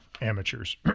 Amateurs